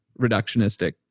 reductionistic